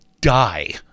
die